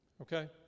Okay